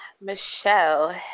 Michelle